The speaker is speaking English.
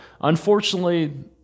unfortunately